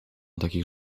takich